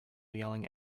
yelling